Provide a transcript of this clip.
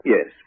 Yes